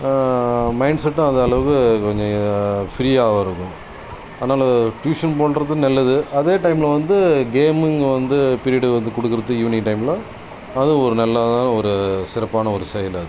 mind செட்டும் அது அளவுக்கு கொஞ்சம் ஃப்ரீயாவும் இருக்கும் அதனால் ட்யூஷன் போகணுன்றது நல்லது அதே டைமில் வந்து கேம்மிங் வந்து பீரியட் வந்து கொடுக்கறது ஈவினிங் டைமில் அதுவும் ஒரு நல்லதா ஒரு சிறப்பான ஒரு செயல் அது